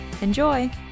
Enjoy